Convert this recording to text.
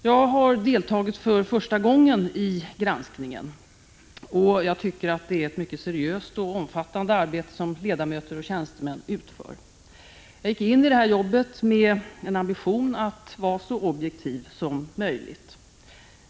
Jag har deltagit för första gången i granskningen, och jag tycker att det är ett mycket seriöst och omfattande arbete som ledamöter och tjänstemän utför. Jag gick in i det här jobbet med en ambition att vara så objektiv som möjligt.